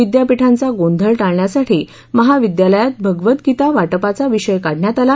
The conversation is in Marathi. विद्यापीठांचा गोंधळ टाळण्यासाठी महाविद्यालयात भगवदगीता वाटपाचा विषय काढण्यात आला